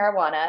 marijuana